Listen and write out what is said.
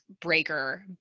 breaker